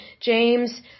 James